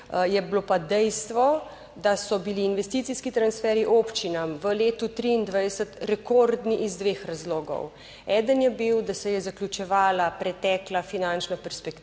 13.25** (nadaljevanje) investicijski transfer občinam v letu 2023 rekordni iz dveh razlogov. Eden je bil, da se je zaključevala pretekla finančna perspektiva